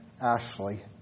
Ashley